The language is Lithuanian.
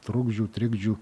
trukdžių trikdžių